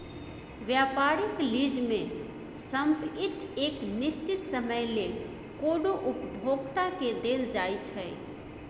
व्यापारिक लीज में संपइत एक निश्चित समय लेल कोनो उपभोक्ता के देल जाइ छइ